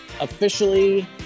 officially